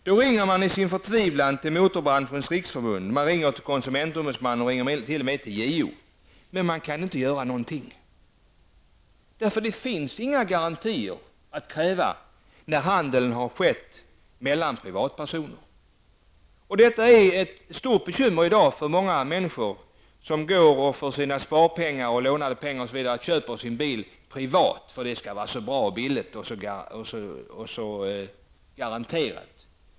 Konsumenten ringer i sin förtvivlan till Motorbranschens Riksförbund, konsumentombudsmannen och t.o.m. till JO, men man kan inte göra någonting. Man kan inte kräva några garantier när handeln har skett mellan privatpersoner. Detta är i dag ett stort bekymmer för många människor som för sparpengar och lånade pengar köper en bil privat, eftersom det skall vara så bra, billigt och garanterat.